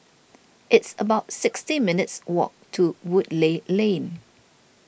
it's about sixty minutes' walk to Woodleigh Lane